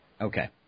Okay